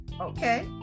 Okay